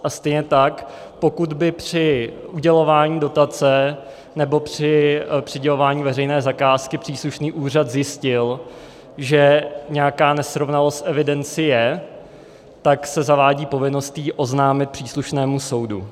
A stejně tak, pokud by při udělování dotace nebo při přidělování veřejné zakázky příslušný úřad zjistil, že je nějaká nesrovnalost v evidenci, zavádí se povinnost ji oznámit příslušnému soudu.